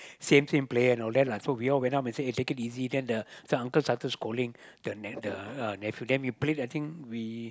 same same player all that lah so we all went up and say eh take it easy then the the uncle started scolding the ne~ the nephew then we played I think we